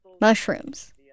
mushrooms